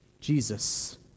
Jesus